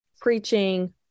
Preaching